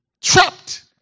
Trapped